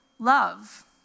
Love